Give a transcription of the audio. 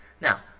Now